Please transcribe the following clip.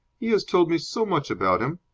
he has told me so much about him.